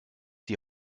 die